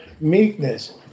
meekness